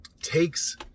takes